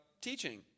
teaching